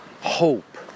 hope